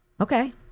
Okay